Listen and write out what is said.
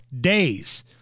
days